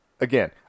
again